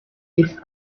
its